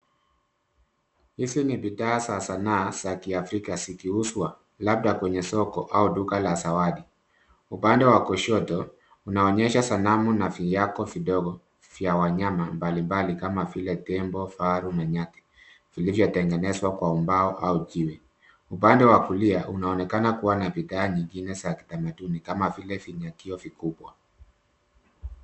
Hizi ni bidhaa za Sanaa za kiafrika zikiuzwa labda kwenye soko au duka la zawadi. Upande wa kushoto kunaonyesha sanamu na viako vidogo vya wanyama mbalimbali kama vile tembo, faru na nyati vilivyotengenezwa kwa umbao au jiwe. Upande wa kulia unaonekana kuwa na bidhaa nyingine za kitamaduni kama vile vinyakio vikubwa.